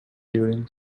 during